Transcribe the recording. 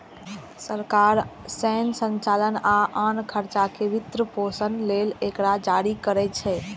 सरकार सैन्य संचालन आ आन खर्चक वित्तपोषण लेल एकरा जारी करै छै